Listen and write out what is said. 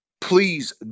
Please